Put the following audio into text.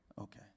Okay